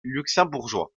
luxembourgeois